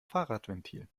fahrradventil